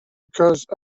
because